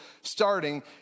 starting